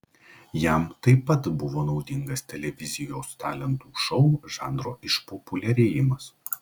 jam taip pat buvo naudingas televizijos talentų šou žanro išpopuliarėjimas